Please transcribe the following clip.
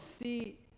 see